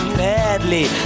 badly